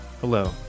Hello